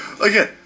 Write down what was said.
Again